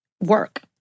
work